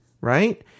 Right